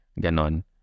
ganon